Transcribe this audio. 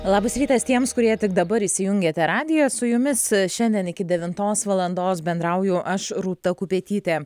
labas rytas tiems kurie tik dabar įsijungiate radiją su jumis šiandien iki devintos valandos bendrauju aš rūta kupetytė